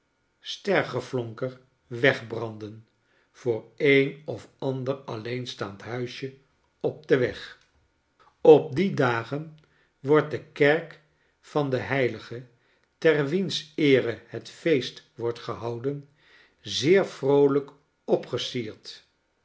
stergeflonker wegbranden voor een of ander alleen staand huisje op den weg op die dagen wordt de kerk van den heilige ter wiens eere het feest wordt gehouden zeer vroolijk opgesierd